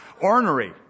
ornery